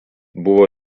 buvo